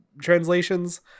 translations